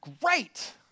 great